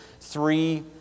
three